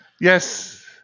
Yes